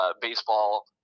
baseball